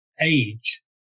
age